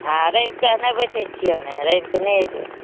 आ रविके नहि बैठै छियै हमे रविके नहि अयबै